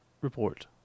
report